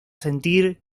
sentir